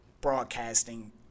broadcasting